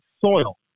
soil